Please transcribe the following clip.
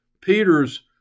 Peter's